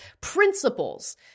principles